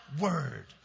word